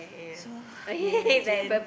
so ya as in